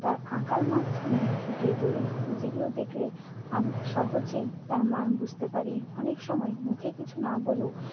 তার আঁকার মাধ্যমে ফুটিয়ে তোলে যেগুলো দেখলে আমরা সহজেই তার মান বুঝতে পারি অনেক সময় মুখে কিছু না বলেও